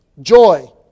Joy